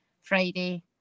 Friday